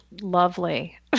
lovely